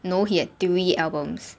no he had three albums